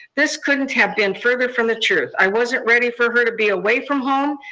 this couldn't have been further from the truth. i wasn't ready for her to be away from home,